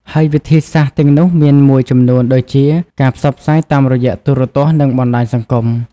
ហើយវិធីសាស្ត្រទាំងនោះមានមួយចំនួនដូចជា ការផ្សព្វផ្សាយតាមរយៈទូរទស្សន៍និងបណ្ដាញសង្គម។